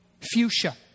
fuchsia